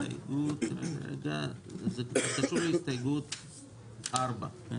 זו הסתייגות 4. הסתייגות 4?